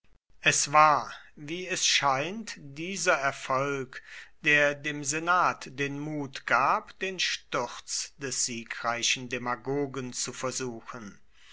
es war wie es scheint dieser erfolg der dem senat den mut gab den sturz des siegreichen demagogen zu versuchen